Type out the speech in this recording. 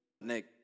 Nick